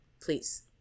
Please